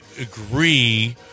agree